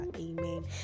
amen